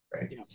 Right